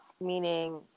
meaning